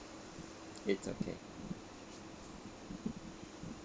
it's okay